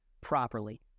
properly